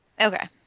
Okay